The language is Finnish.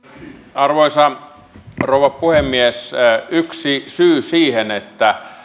arvoisa rouva puhemies yksi syy siihen että